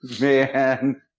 Man